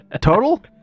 Total